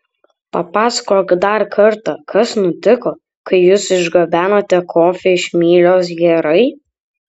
papasakok dar kartą kas nutiko kai jūs išgabenote kofį iš mylios gerai